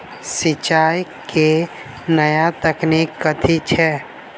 सिंचाई केँ नया तकनीक कथी छै?